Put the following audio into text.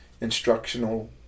instructional